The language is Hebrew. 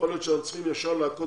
יכול להיות שאנחנו צריכים ישר להכות